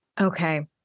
Okay